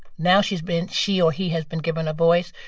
now she's been she or he has been given a voice.